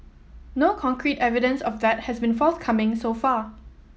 no concrete evidence of that has been forthcoming so far